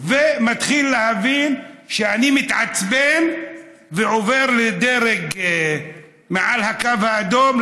מתחיל להבין שאני מתעצבן ועובר לדרג מעל הקו האדום,